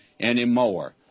anymore